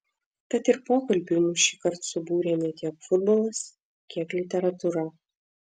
tad ir pokalbiui mus šįkart subūrė ne tiek futbolas kiek literatūra